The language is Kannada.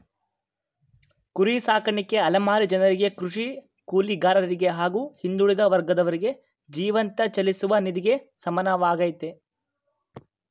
ಕುರಿ ಸಾಕಾಣಿಕೆ ಅಲೆಮಾರಿ ಜನರಿಗೆ ಕೃಷಿ ಕೂಲಿಗಾರರಿಗೆ ಹಾಗೂ ಹಿಂದುಳಿದ ವರ್ಗದವರಿಗೆ ಜೀವಂತ ಚಲಿಸುವ ನಿಧಿಗೆ ಸಮಾನವಾಗಯ್ತೆ